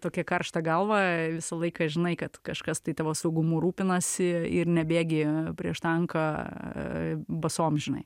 tokia karšta galva visą laiką žinai kad kažkas tai tavo saugumu rūpinasi ir nebėgi prieš tanką basom žinai